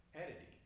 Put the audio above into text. editing